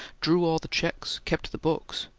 drew all the checks, kept the books,